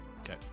Okay